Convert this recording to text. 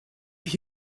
have